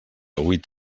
huit